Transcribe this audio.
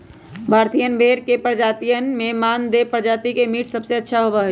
भारतीयन भेड़ के प्रजातियन में मानदेय प्रजाति के मीट सबसे अच्छा होबा हई